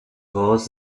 was